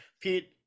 pete